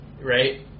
right